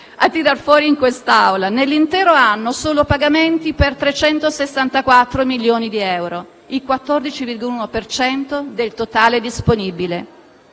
a tirar fuori in quest'Aula, nell'intero anno solo pagamenti per 364 milioni di euro: il 14,1 per cento del totale disponibile.